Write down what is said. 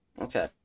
okay